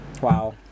Wow